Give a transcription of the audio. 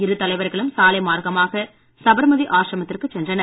இரு தலைவர்களும் சாலை மார்க்கமாக சபர்மதி ஆசிரமத்திற்கு சென்றனர்